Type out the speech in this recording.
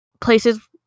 places